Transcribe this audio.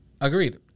Agreed